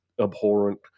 abhorrent